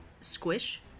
Squish